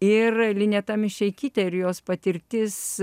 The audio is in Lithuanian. ir lineta mišeikytė ir jos patirtis